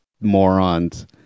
morons